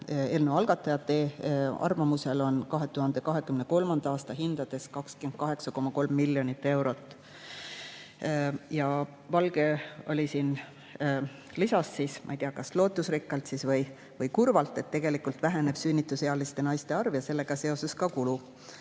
Eelnõu algatajate arvamusel on see 2023. aasta hindade järgi 28,3 miljonit eurot. Valge lisas siis – ma ei tea, kas lootusrikkalt või kurvalt –, et tegelikult väheneb sünnitusealiste naiste arv ja sellega seoses ka kulu.